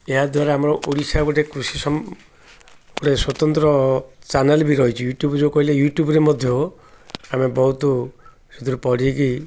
ଏହାଦ୍ୱାରା ଆମର ଓଡ଼ିଶା ଗୋଟେ କୃଷି ଗୋଟେ ସ୍ୱତନ୍ତ୍ର ଚ୍ୟାନେଲ୍ ବି ରହିଛି ୟୁ ଟ୍ୟୁବ୍ ଯେଉଁ କହିଲେ ୟୁଟ୍ୟୁବ୍ରେ ମଧ୍ୟ ଆମେ ବହୁତ ସେଥିରୁ ପଢ଼ିକି